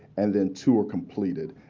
and then two were completed.